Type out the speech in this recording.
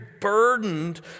burdened